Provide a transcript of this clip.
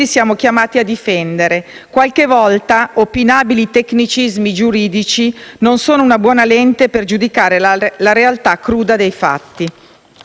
siamo chiamati a difendere. Qualche volta, opinabili tecnicismi giuridici non sono una buona lente per giudicare la realtà cruda dei fatti.